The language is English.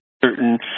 certain